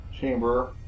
chamber